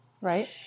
Right